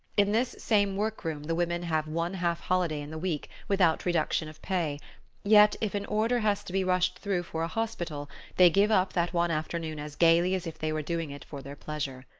in this same work-room the women have one half-holiday in the week, without reduction of pay yet if an order has to be rushed through for a hospital they give up that one afternoon as gaily as if they were doing it for their pleasure.